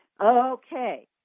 Okay